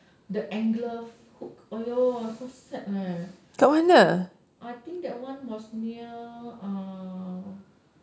the angler hook !aiyo! so sad ah I think that was one was near uh